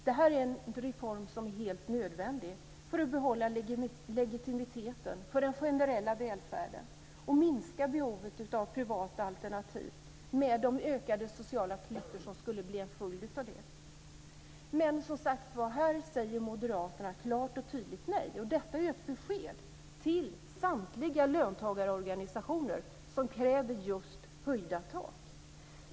Det här är en reform som är helt nödvändig för att behålla legitimiteten för den generella välfärden och minska behovet av privata alternativ, med de ökade sociala klyftor som skulle bli en följd av det. Men här säger moderaterna, som sagt var, klart och tydligt nej. Detta är ett besked till samtliga löntagarorganisationer som kräver just höjda tak.